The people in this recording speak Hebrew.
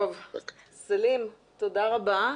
סלים, תודה רבה.